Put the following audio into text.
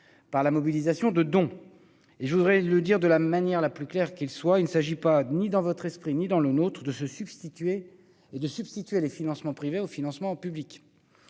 par la mobilisation de dons. Je voudrais le dire de la manière la plus claire qui soit : il ne s'agit ni dans notre esprit ni dans le vôtre de substituer des financements privés à des financements publics,